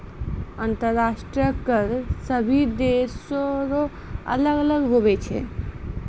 अंतर्राष्ट्रीय कर सभे देसो रो अलग अलग हुवै छै